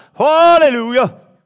Hallelujah